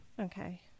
okay